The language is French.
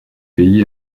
pays